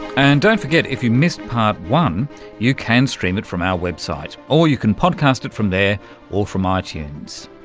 and don't forget, if you missed part one you can stream it from our website, or you can podcast it from there or from ah itunes.